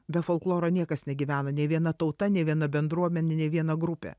be folkloro niekas negyvena nei viena tauta nei viena bendruomenė nei viena grupė